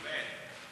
אמן.